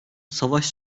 savaş